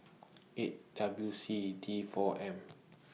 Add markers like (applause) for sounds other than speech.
(noise) eight W C D four M